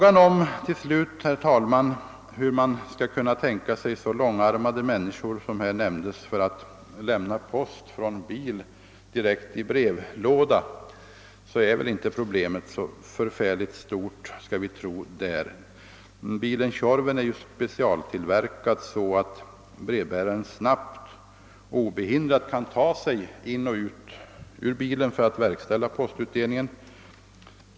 Avslutningsvis vill jag ta upp frågan om hur långarmade de människor skall vara som från bil skall lämna post direkt i brevlådorna. Detta problem torde inte vara särskilt stort. Den bil som kallas Tjorven är ju specialtillverkad för att brevbäraren snabbt och obehindrat skall kunna ta sig i och ur för att verkställa postutdelningen.